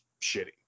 shitty